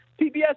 pbs